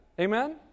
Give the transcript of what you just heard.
Amen